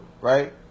right